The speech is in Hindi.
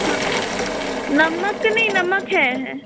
हाँ नमक नहीं नमक है है